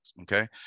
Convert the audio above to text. okay